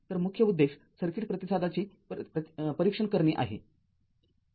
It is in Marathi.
तर मुख्य उद्देश सर्किट प्रतिसादाचे परीक्षण करणे आहे